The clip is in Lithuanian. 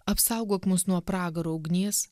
apsaugok mus nuo pragaro ugnies